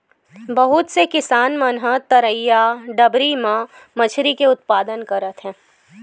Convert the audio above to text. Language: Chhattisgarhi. बहुत से किसान मन ह तरईया, डबरी म मछरी के उत्पादन करत हे